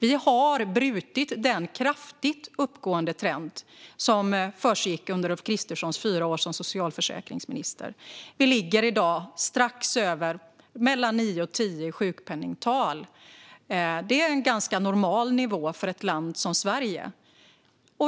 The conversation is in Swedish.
Vi har brutit den kraftigt uppgående trend som försiggick under Ulf Kristerssons fyra år som socialförsäkringsminister. Vi ligger i dag på mellan nio och tio i sjukpenningtal. Det är en ganska normal nivå för ett land som Sverige.